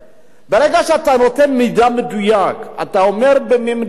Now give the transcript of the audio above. ברגע שאתה נותן מידע מדויק, אתה אומר במי מדובר,